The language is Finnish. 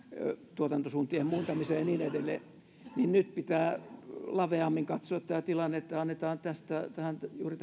tuotantosuuntien muuntamiseen ja niin edelleen niin nyt pitää laveammin katsoa tämä tilanne että annetaan juuri